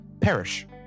perish